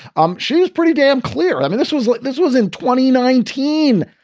um she was pretty damn clear. i mean, this was like this was in twenty nineteen.